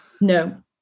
no